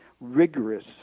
rigorous